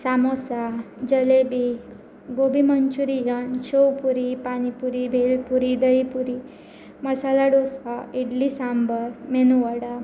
samosa jalebi gobi Manchurian sev puri pani puri bhelpuri dahi puri masala dosa idli sambar medu वडा